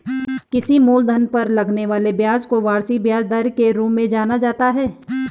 किसी मूलधन पर लगने वाले ब्याज को वार्षिक ब्याज दर के रूप में जाना जाता है